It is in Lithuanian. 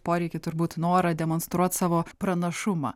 poreikį turbūt norą demonstruot savo pranašumą